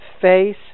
face